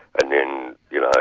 and then you know,